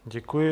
Děkuji.